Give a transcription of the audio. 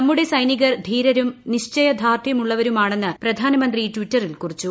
നമ്മുടെ സൈനികർ ധീരരും നിശ്ചയദാർഢ്യമുള്ളവരുമാണെന്ന് പ്രധാനമന്ത്രി ട്ടിറ്ററിൽ കുറിച്ചു